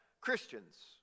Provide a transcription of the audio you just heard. Christians